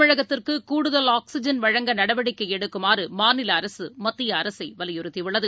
தமிழகத்திற்குகூடுதல் வழங்க ஆக்சிஐன் நடவடிக்கைஎடுக்குமாறுமாநிலஅரசுமத்தியஅரசைவலியுறுத்தியுள்ளது